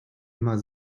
immer